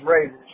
Raiders